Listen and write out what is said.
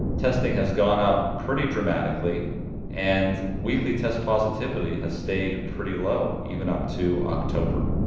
testing has gone up pretty dramatically and weekly test positivity has stayed pretty low even up to october,